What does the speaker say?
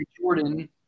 Jordan